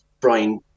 Brian